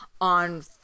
on